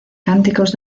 cánticos